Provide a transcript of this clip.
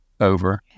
over